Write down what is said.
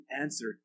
answer